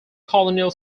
colonial